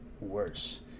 worse